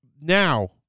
now